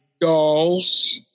dolls